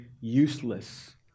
useless